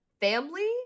family